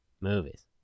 Movies